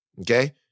okay